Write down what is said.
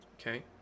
Okay